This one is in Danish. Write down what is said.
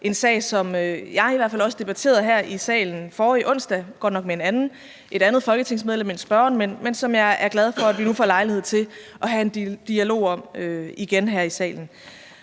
en sag, som jeg i hvert fald også debatterede her i salen forrige onsdag, godt nok med et andet folketingsmedlem end spørgeren, men som jeg er glad for at vi nu får lejlighed til at have en dialog om igen her i salen.